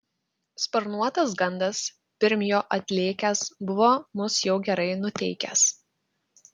sparnuotas gandas pirm jo atlėkęs buvo mus jau gerai nuteikęs